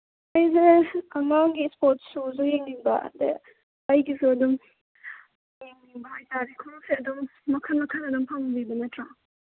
ꯑꯩꯁꯦ ꯑꯉꯥꯡꯒꯤ ꯏꯁꯄꯣꯠ ꯁꯨꯁꯨ ꯌꯦꯡꯅꯤꯡꯕ ꯑꯗꯨꯗꯩ ꯑꯩꯒꯤꯁꯨ ꯑꯗꯨꯝ ꯌꯦꯡꯅꯤꯡꯕ ꯍꯥꯏꯇꯥꯔꯦ ꯈꯣꯡꯎꯞꯁꯦ ꯑꯗꯨꯝ ꯃꯈꯜ ꯃꯈꯜ ꯑꯗꯨꯝ ꯐꯪꯕꯤꯕ ꯅꯠꯇ꯭ꯔꯣ